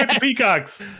peacocks